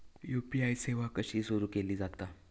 UPI सेवा कशी सुरू केली जाता?